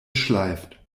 schleift